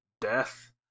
death